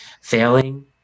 failing